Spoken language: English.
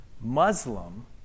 Muslim